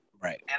Right